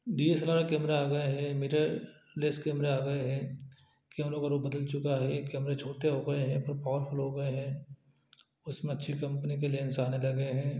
D S L R camera आ गया है मिररलेस कैमरा आ गए हैं कैमरों का रूप बदल चुका है कैमरे छोटे हो गए हैं बहुत पावरफुल हो गए हैं उसमें अच्छी कम्पनी के लेंस आने लगे हैं